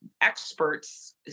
experts